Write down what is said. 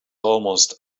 almost